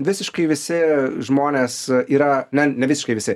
visiškai visi žmonės yra na ne visiškai visi